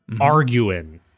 arguing